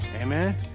Amen